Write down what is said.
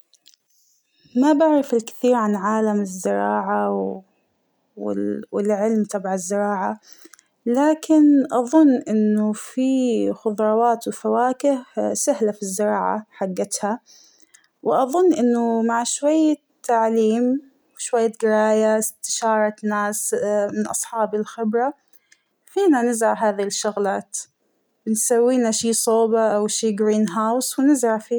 ما بعرف الكثير عن عالم الزراعة وال -والعلم تبع الزراعة ، لكن أظن أنه فى خضراوات وفواكه سهلة فى الزراعة حجتها ، وأظن أنه مع شوية تعليم ، وشوية قراية استشارة ناس من أصحاب الخبرة ، فينا نزرع هذى الشغلات ، بنسويلنا شى صوبة أو شى جرين هاوس ونزرع فيه.